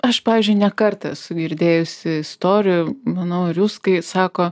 aš pavyzdžiui ne kartą esu girdėjusi istorijų manau ir jūs kai sako